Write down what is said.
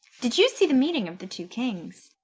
did you see the meeting of the two kings?